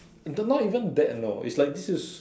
don't lah even that you know if like this is